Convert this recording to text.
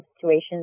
situations